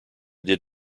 did